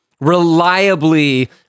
reliably